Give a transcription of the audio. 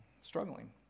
struggling